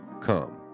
come